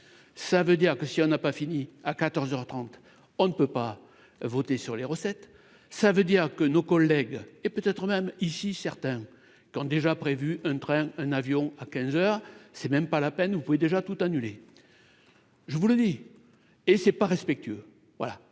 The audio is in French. ça veut dire que si on n'a pas fini à quatorze heures trente on ne peut pas voter sur les recettes, ça veut dire que nos collègues et peut être même ici certains quand déjà prévu un train, un avion à quinze heures c'est même pas la peine, vous pouvez déjà tout annuler, je vous le dis, et c'est pas respectueux, voilà